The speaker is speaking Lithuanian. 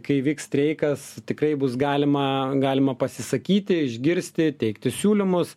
kai vyks streikas tikrai bus galima galima pasisakyti išgirsti teikti siūlymus